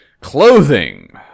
Clothing